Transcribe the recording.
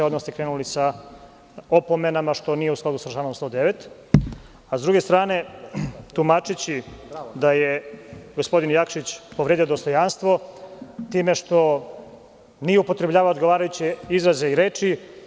Odmah ste krenuli sa opomenama, što nije u skladu sa članom 109, a sa druge strane tumačeći da je gospodin Jakšić povredio dostojanstvo time što nije upotrebljavao odgovarajuće izraze i reči.